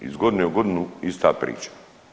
Iz godine u godinu ista priča.